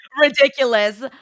ridiculous